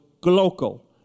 global